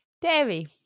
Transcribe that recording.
Dairy